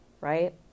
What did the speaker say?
right